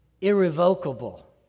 irrevocable